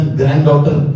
granddaughter